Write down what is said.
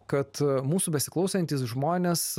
kad mūsų besiklausantys žmonės